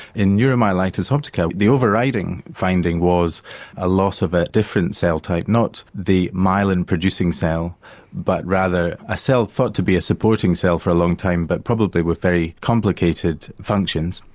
in neuromyelitis optica the over-riding finding was a loss of a different cell type not the myelin producing cell but rather a cell thought to be a supporting cell for a long time but probably with very complicated functions.